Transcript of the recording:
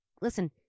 listen